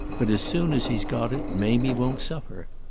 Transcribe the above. but as soon as he has got it mamie won't suffer.